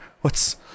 What's-